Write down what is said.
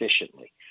efficiently